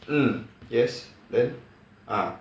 mm yes then ah